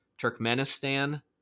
Turkmenistan